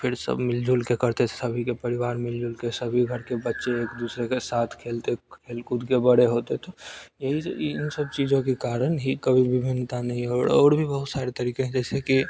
फिर सब मिलजुल कर करते थे सभी के परिवार मिलजुल कर सभी घर के बच्चे एक दूसरे के साथ खेलते खेल कूद कर बड़े होते थे यही स इ इन सब चीजों के कारण ही कभी विभिन्नता नहीं और और भी बहुत सारे तरीके हैं जैसे कि